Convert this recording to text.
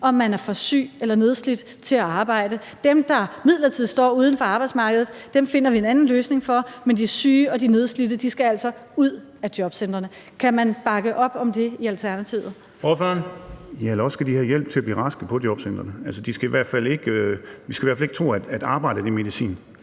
om man er for syg eller nedslidt til at arbejde. Dem, der midlertidigt står uden for arbejdsmarkedet, finder vi en anden løsning for, men de syge og de nedslidte skal altså ud af jobcentrene. Kan man bakke op om det i Alternativet? Kl. 19:57 Den fg. formand (Bent Bøgsted): Ordføreren. Kl. 19:57 Torsten Gejl (ALT): Ja, eller også